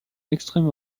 extrême